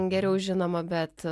geriau žinoma bet